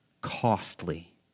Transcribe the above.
costly